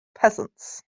peasants